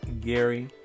gary